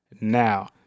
now